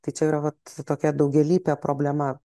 tai čia yra vat tokia daugialypė problema